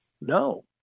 No